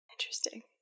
Interesting